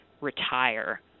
retire